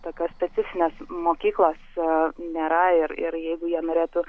tokios specifinės mokyklos nėra ir ir jeigu jie norėtų